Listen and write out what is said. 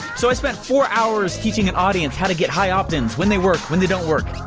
so i spent four hours teaching an audience how to get high opt-ins. when they work, when they don't work.